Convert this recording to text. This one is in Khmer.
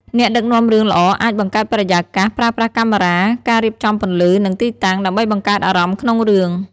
អ្នកដឹកនាំរឿងល្អអាច បង្កើតបរិយាកាស ប្រើប្រាស់កាមេរ៉ា ការរៀបចំពន្លឺ និងទីតាំង ដើម្បីបង្កើតអារម្មណ៍ក្នុងរឿង។